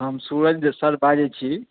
हम सूरज सर बाजै छी